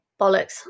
bollocks